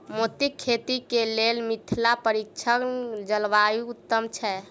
मोतीक खेती केँ लेल मिथिला परिक्षेत्रक जलवायु उत्तम छै?